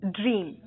dream